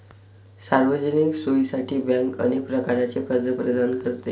सार्वजनिक सोयीसाठी बँक अनेक प्रकारचे कर्ज प्रदान करते